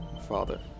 father